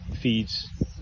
feeds